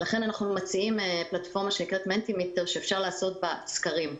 לכן אנחנו מציעים פלטפורמה שנקראת מנטימטר שאפשר לעשות בה סקרים.